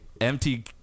empty